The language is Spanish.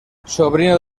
sobrino